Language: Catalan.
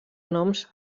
noms